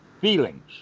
Feelings